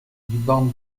ban